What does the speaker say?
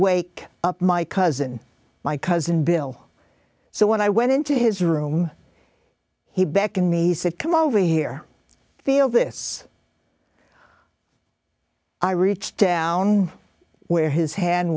wake up my cousin my cousin bill so when i went into his room he beckoned me he said come over here feel this i reached down where his hand